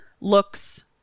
looks